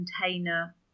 container